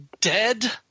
Dead